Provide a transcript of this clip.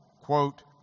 quote